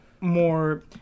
more